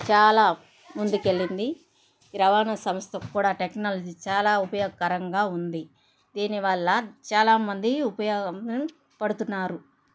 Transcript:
చాలా ముందుకెళ్ళింది రవాణా సంస్థ కూడా టెక్నాలజీ చాలా ఉపయోగకరంగా ఉంది దీని వల్ల చాలామంది ఉపయోగం పడుతున్నారు